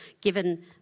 given